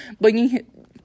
bringing